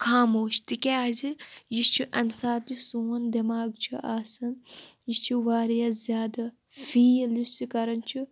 خاموش تِکیٛازِ یہِ چھِ أمۍ ساتہٕ سون دٮ۪ماغ چھُ آسان یہِ چھُ واریاہ زیادٕ فیٖل یُس یہِ کَران چھُ